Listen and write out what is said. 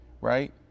right